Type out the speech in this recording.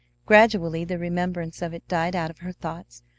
gradually the remembrance of it died out of her thoughts,